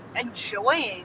enjoying